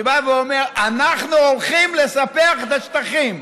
שבא ואומר: אנחנו הולכים לספח את השטחים,